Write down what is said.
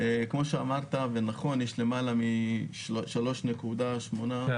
כמו שאמרת נכון יש למעלה מ-3.8 מיליון --- כן.